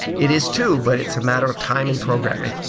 it is too, but it's a matter of time and programming.